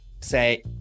say